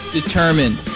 determined